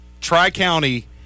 tri-county